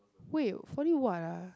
wait if only what ah